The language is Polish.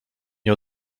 nie